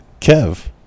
Kev